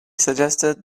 suggested